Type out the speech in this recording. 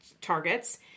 targets